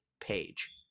page